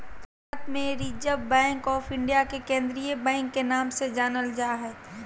भारत मे reserve bank of India के केंद्रीय बैंक के नाम से जानल जा हय